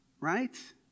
right